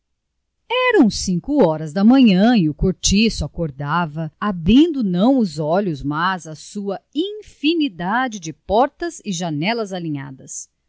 eram cinco horas da manhã e o cortiço acordava abrindo não os olhos mas a sua infinidade de portas e janelas alinhadas